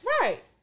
Right